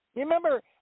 Remember